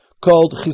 called